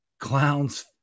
Clowns